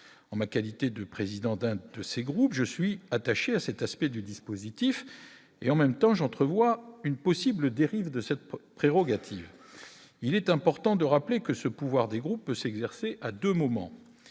en ma qualité de président d'un de ces groupes, je suis attaché à cet aspect du dispositif et en même temps j'entrevois une possible dérive de cette prérogative, il est important de rappeler que ce pouvoir des groupes s'exercer à 2 moments